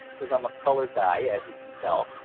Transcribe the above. cause i'm a color guy, as you can tell,